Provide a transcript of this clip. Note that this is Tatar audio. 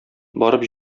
барып